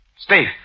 Steve